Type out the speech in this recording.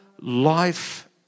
life